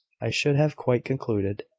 i should have quite concluded,